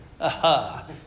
Aha